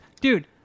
Dude